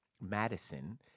Madison